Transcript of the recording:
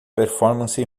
performance